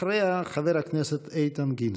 אחריה, חבר הכנסת איתן גינזבורג.